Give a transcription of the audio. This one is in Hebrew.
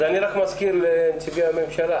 אני מזכיר לנציגי הממשלה